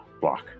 block